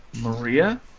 Maria